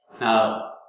Now